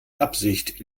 absicht